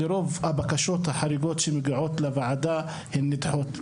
הבקשות החריגות שמגיעות לוועדה נדחות.